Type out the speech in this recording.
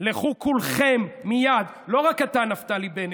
לכו כולכם מייד, לא רק אתה, נפתלי בנט,